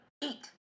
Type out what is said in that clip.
eat